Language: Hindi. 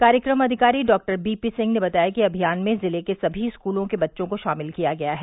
कार्यक्रम अधिकारी डॉक्टर बी पी सिंह ने बताया कि अभियान में जिले के सभी स्कूलों के बच्चों को शामिल किया गया है